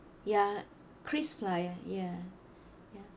ya krisflyer ya